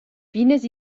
fines